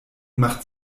macht